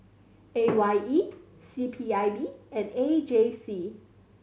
A Y E C P I B and A J C